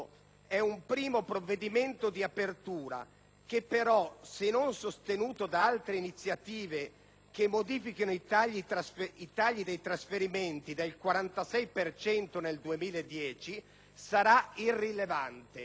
È un primo provvedimento di apertura che però, se non sostenuto da altre iniziative che modifichino i tagli dei trasferimenti del 46 per cento nel 2010, sarà irrilevante».